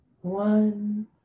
one